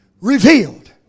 revealed